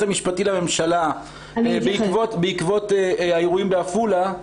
המשפטי לממשלה בעקבות האירועים בעפולה.